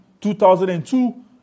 2002